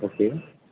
okay